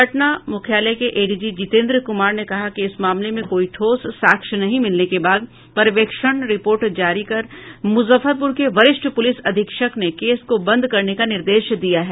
पटना मुख्यालय के एडीजी जीतेन्द्र कुमार ने कहा कि इस मामले में कोई ठोस साक्ष्य नहीं मिलने के बाद पर्यवेक्षण रिपोर्ट जारी कर मूजफ्फरपूर के वरिष्ठ पूलिस अधीक्षक ने केस को बंद करने का निर्देश दिया है